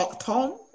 Tom